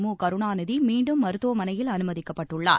முகருணாநிதி மீண்டும் மருத்துவமனையில் அனுமதிக்கப்பட்டுள்ளார்